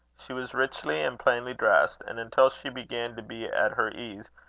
she was richly and plainly dressed and until she began to be at her ease,